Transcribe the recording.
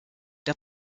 der